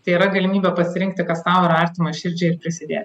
tai yra galimybė pasirinkti kas tau yra artima širdžiai ir prisidėt